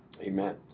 Amen